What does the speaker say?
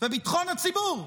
וביטחון הציבור,